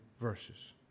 verses